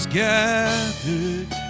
gathered